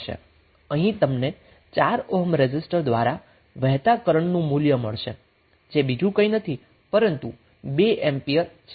અહીં તમને 4 ohm resistor દ્વારા વહેતા કરન્ટનું મૂલ્ય મળશે જે બીજું કઈ નથી પરંતુ 2 એમ્પીયર છે